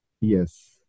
Yes